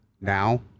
Now